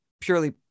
purely